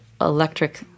electric